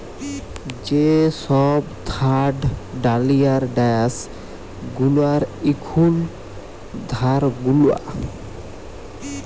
যে সব থার্ড ডালিয়ার ড্যাস গুলার এখুল ধার গুলা